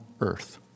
earth